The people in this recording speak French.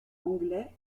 anglais